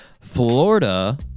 Florida